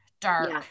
dark